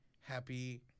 happy